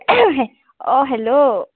অ hello